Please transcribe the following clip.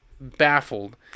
baffled